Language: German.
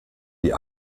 die